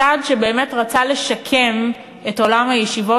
צעד שבאמת רצה לשקם את עולם הישיבות,